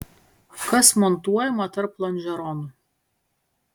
kas montuojama tarp lonžeronų